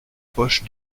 poche